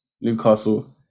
Newcastle